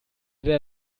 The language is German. der